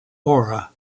aura